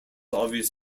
obvious